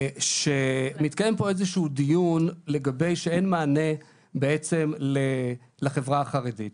מתקיים פה איזשהו דיון לגבי זה שאין מענה בעצם לחברה החרדית.